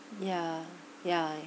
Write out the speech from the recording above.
yeah yeah